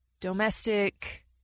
domestic